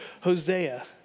Hosea